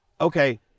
okay